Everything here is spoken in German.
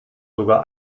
sogar